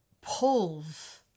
pulls